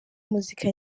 muzika